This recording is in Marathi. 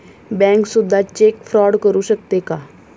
बँक सुद्धा चेक फ्रॉड करू शकते का?